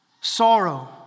Sorrow